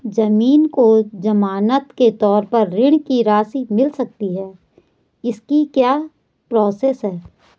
ज़मीन को ज़मानत के तौर पर ऋण की राशि मिल सकती है इसकी क्या प्रोसेस है?